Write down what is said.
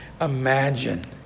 imagine